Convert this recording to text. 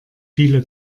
viele